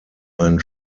einen